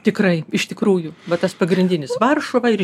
tikrai iš tikrųjų va tas pagrindinis varšuva ir